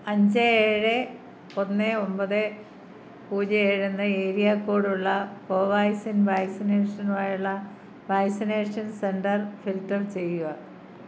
അഞ്ച് ഏഴ് ഒന്ന് ഒമ്പത് പൂജ്യം ഏഴ് എന്ന ഏരിയ കോഡ് ഉള്ള കോവാക്സിൻ വാക്സിനേഷനായുള്ള വാക്സിനേഷൻ സെൻ്റർ ഫിൽട്ടർ ചെയ്യുക